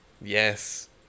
Yes